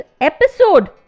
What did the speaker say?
episode